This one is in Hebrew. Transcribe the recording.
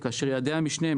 יעדי המשנה,